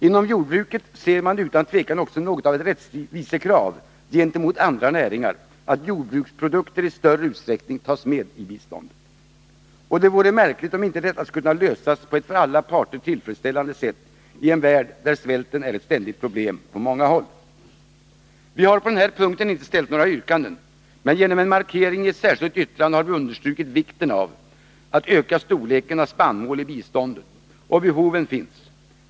Inom jordbruket ser man det utan tvivel också som något av ett rättvisekrav gentemot andra näringar att jordbruksprodukter i större utsträckning tas med i biståndet. Och det vore märkligt om inte detta skulle kunna lösas på ett för alla parter tillfredsställande sätt i en värld, där svälten är ett ständigt problem på så många håll. Vi har på den här punkten inte framställt några yrkanden, men genom en markering i ett särskilt yttrande har vi understrukit vikten av att öka andelen av spannmål i biståndet; och behoven finns.